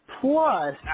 Plus